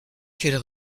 quels